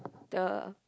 the